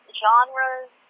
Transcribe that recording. genres